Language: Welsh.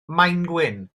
maengwyn